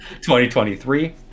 2023